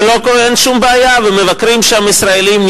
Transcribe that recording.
ואין שום בעיה ומבקרים שם ישראלים.